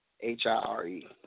H-I-R-E